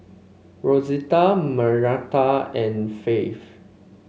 Rozella Margaretta and Faith